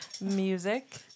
music